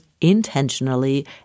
intentionally